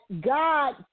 God